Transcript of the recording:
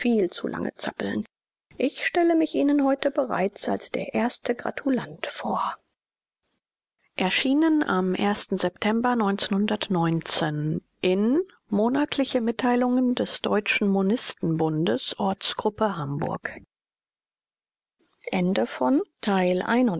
zu lange zappeln ich stelle mich ihnen heute bereits als der erste gratulant vor monatliche mitteilungen des deutschen monistenbundes ortsgruppe hamburg